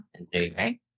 Okay